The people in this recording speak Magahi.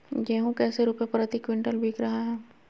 गेंहू कैसे रुपए प्रति क्विंटल बिक रहा है?